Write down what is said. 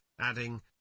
adding